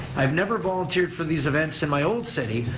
i've never volunteered for these events in my own city.